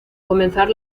comenzar